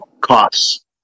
costs